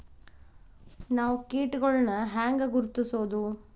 ನಾವ್ ಕೇಟಗೊಳ್ನ ಹ್ಯಾಂಗ್ ಗುರುತಿಸೋದು?